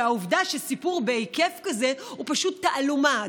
העובדה שסיפור בהיקף כזה הוא פשוט תעלומה,